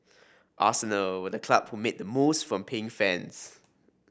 arsenal were the club who made the most from paying fans